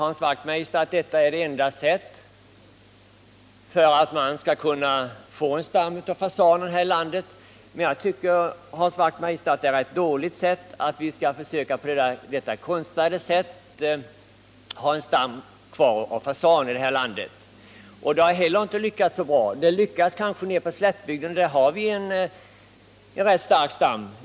Hans Wachtmeister sade att detta är det enda sättet att få en stam av fasaner här i landet. Men jag tycker, Hans Wachtmeister, att detta är ett konstigt sätt att försöka hålla en stam av fasaner. Det har inte heller lyckats så värst bra. Nere på slättbygden lyckas det kanske, och där har vi en rätt stark stam.